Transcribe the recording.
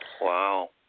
Wow